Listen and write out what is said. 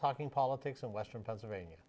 talking politics in western pennsylvania